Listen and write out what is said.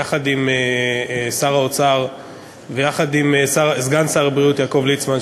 יחד עם שר האוצר ויחד עם סגן שר הבריאות יעקב ליצמן,